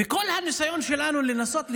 וכל הניסיון שלנו לנסות לשכנע,